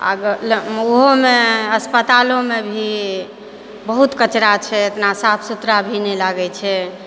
आओर उहोमे अस्पतालोमे भी बहुत कचरा छै एतना साफ सुथरा भी नहि लागै छै